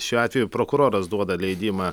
šiuo atveju prokuroras duoda leidimą